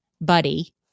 buddy